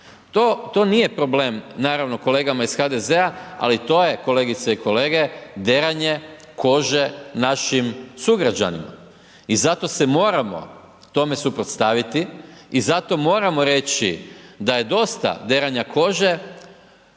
To nije problem naravno kolegama iz HDZ-a ali to je kolegice i kolege deranje kože našim sugrađanima i zato se moramo tome suprotstaviti i zato moramo reći da je dosta deranja kože